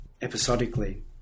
episodically